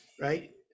right